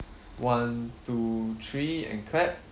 one two three and clap